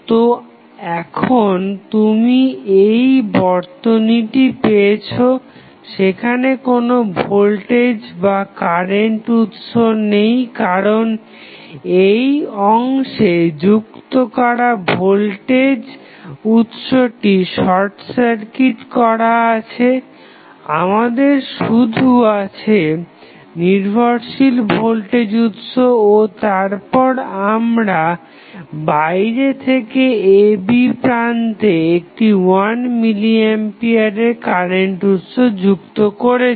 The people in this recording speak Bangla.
তো এখন তুমি এই বর্তনীটি পেয়েছো সেখানে কোনো ভোল্টেজ বা কারেন্ট উৎস নেই কারণ এই অংশে যুক্ত করা ভোল্টেজ উৎসটি শর্ট সার্কিট করা হয়েছে আমাদের শুধু আছে নির্ভরশীল ভোল্টেজ উৎস ও তারপর আমরা বাইরে থেকে ab প্রান্তে একটি 1 মিলি আম্পিয়ারের কারেন্ট উৎস যুক্ত করেছি